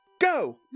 Go